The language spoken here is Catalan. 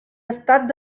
estat